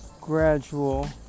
gradual